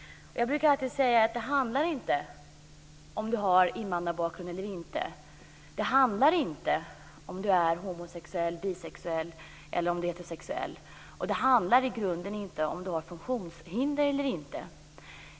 Jag brukar alltid säga att det inte handlar om huruvida du har invandrarbakgrund eller inte, det handlar inte om huruvida du är homosexuell, bisexuell eller heterosexuell. Det handlar i grunden inte om huruvida du har funktionshinder eller inte.